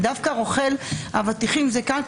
רוכל אבטיחים זה דווקא מקרה קל,